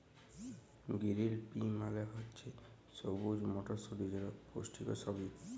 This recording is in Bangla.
গিরিল পি মালে হছে সবুজ মটরশুঁটি যেট পুষ্টিকর সবজি